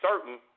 certain